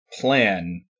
plan